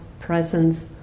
presence